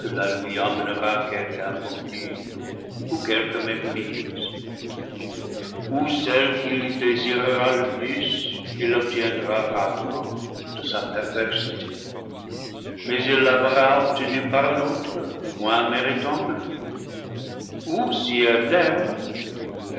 la lui amènera quelque infortune ou quelque méprise ou celle qui désirera le plus il l'obtiendra rarement de sa perversité mais il la verra obtenue par un autre moins méritant que lui ou si elle l'aime